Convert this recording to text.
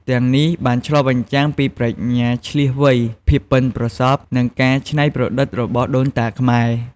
ទាំងនេះបានឆ្លុះបញ្ចាំងពីប្រាជ្ញាឈ្លាសវៃ ភាពប៉ិនប្រសប់ និងការច្នៃប្រឌិតរបស់ដូនតាខ្មែរ។